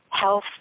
health